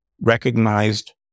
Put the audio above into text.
recognized